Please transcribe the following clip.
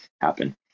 happen